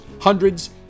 hundreds